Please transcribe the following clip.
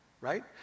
right